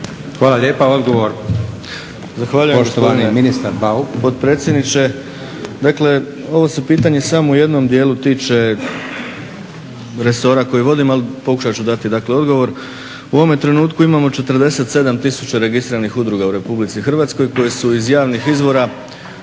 Hvala lijepa. Odgovor,